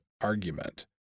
argument